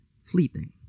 fleeting